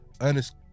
Ernest